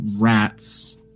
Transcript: rats